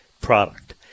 product